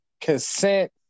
consent